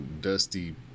Dusty